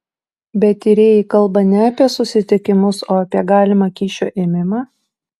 bet tyrėjai kalba ne apie susitikimus o apie galimą kyšio ėmimą